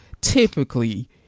typically